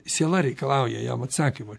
siela reikalauja jam atsakymo